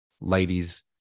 ladies